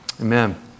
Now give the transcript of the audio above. Amen